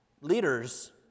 leaders